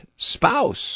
Spouse